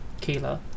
Kayla